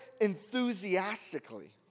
enthusiastically